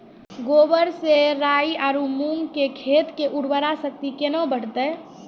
गोबर से राई आरु मूंग खेत के उर्वरा शक्ति केना बढते?